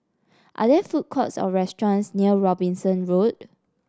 are there food courts or restaurants near Robinson Road